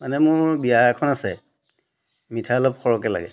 মানে মোৰ বিয়া এখন আছে মিঠাই অলপ সৰহকৈ লাগে